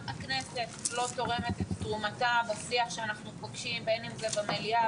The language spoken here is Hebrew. גם הכנסת לא תורמת את תרומתה בשיח שאנחנו פוגשים במליאה